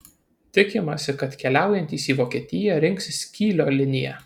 tikimasi kad keliaujantys į vokietiją rinksis kylio liniją